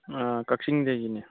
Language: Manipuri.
ꯑꯥ ꯀꯛꯆꯤꯡꯗꯒꯤꯅꯤ